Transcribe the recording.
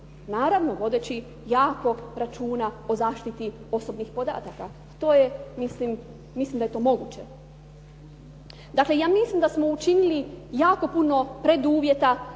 Naravno vodeći jako računa o zaštiti osobnih podataka. To je mislim moguće Dakle ja mislim da smo učinili jako puno preduvjeta